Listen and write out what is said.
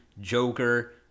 Joker